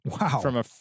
Wow